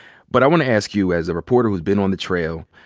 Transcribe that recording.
but i want to ask you, as a reporter who's been on the trail,